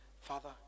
Father